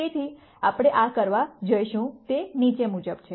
તેથી આપણે આ કરવા જઈશું તે નીચે મુજબ છે